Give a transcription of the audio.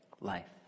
life